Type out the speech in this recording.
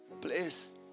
please